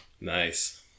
Nice